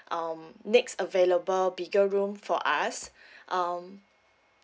um next available bigger room for us um